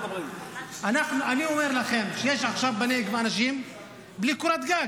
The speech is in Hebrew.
אני אומר לכם שיש עכשיו בנגב אנשים בלי קורת גג,